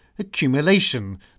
accumulation